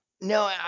No